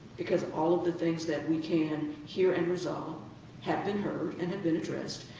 because all of the things that we can hear and resolve have been heard and have been addressed.